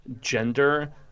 gender